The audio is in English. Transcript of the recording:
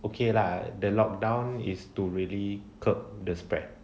okay lah the lockdown is to really curb the spread